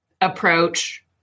approach